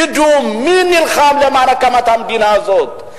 ידעו מי נלחם למען הקמת המדינה הזאת,